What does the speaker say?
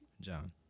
John